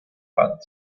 band